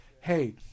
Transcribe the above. hey